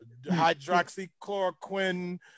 hydroxychloroquine